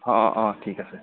অঁ অঁ ঠিক আছে